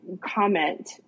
comment